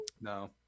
no